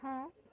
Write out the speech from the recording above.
ହଁ